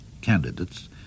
candidates